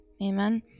Amen